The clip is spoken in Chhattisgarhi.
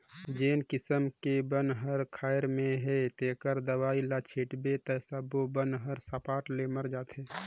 जेन किसम के बन हर खायर में हे तेखर दवई ल छिटबे त सब्बो बन हर सरपट ले मर जाथे